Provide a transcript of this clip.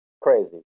Crazy